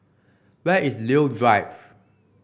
where is Leo Drive